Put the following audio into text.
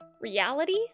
reality